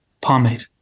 pomade